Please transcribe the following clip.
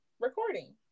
recording